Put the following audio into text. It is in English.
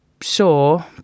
sure